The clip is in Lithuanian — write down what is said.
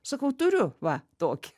sakau turiu va tokį